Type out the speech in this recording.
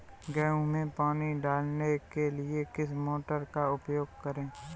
गेहूँ में पानी डालने के लिए किस मोटर का उपयोग करें?